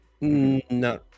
No